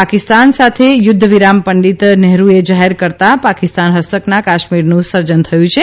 પાકિસ્તાન સાથે યુધ્ધ વિરામ પંડીત નહેરૂએ જાહેર કરતાં પાકિસ્તાન હસ્તકના કાશ્મીરનું સર્જન થયું છે